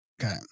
Okay